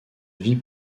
vie